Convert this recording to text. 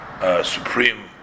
supreme